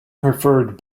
preferred